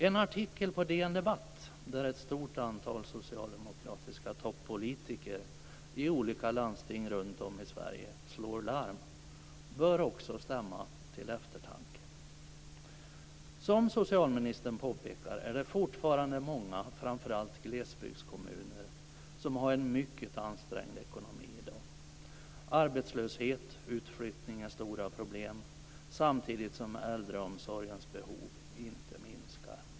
En artikel i DN Debatt, där ett stort antal socialdemokratiska toppolitiker i olika landsting runtom i Sverige slår larm, bör också stämma till eftertanke. Som socialministern påpekar är det fortfarande många framför allt glesbygdskommuner som har en mycket ansträngd ekonomi i dag. Arbetslöshet och utflyttning är stora problem, samtidigt som äldreomsorgens behov ju inte minskar.